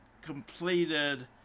completed